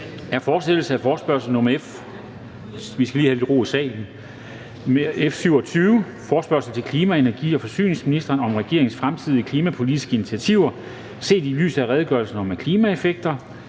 2) Fortsættelse af forespørgsel nr. F 27 [afstemning]: Forespørgsel til klima-, energi- og forsyningsministeren om regeringens fremtidige klimapolitiske initiativer set i lyset af redegørelsen om klimaeffekter.